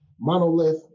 monolith